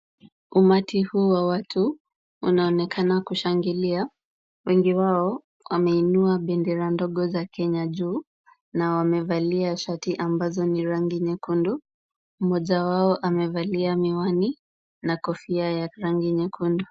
Umati huu wa watu unaonekana kushangilia. Wengi wao wameinua bendera ndogo za Kenya juu na wamevalia shati ambazo ni rangi nyekundu. Mmoja wao amevalia miwani na kofia ya rangi nyekundu.